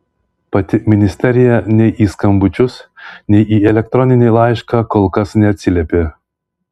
pati ministerija nei į skambučius nei į elektroninį laišką kol kas neatsiliepė